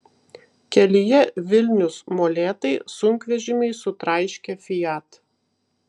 kelyje vilnius molėtai sunkvežimiai sutraiškė fiat